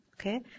Okay